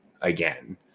again